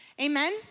Amen